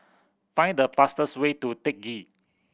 find the fastest way to Teck Ghee